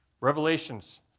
Revelations